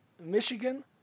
Michigan